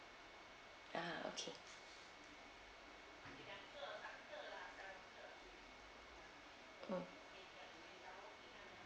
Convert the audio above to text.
ah okay oh